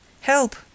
Help